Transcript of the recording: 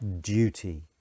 duty